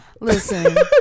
Listen